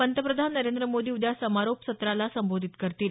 पंतप्रधान नरेंद्र मोदी उद्या समारोप सत्राला संबोधित करतील